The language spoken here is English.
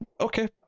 okay